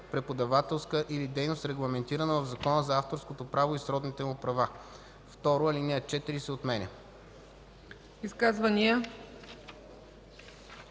преподавателска или дейност, регламентирана в Закона за авторското право и сродните му права. 2. Алинея 4 се отменя.”